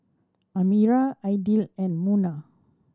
Amirah Aidil and Munah